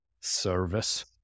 service